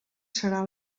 serà